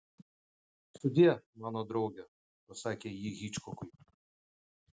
sudie mano drauge pasakė ji hičkokui